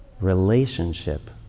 relationship